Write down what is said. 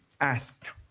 asked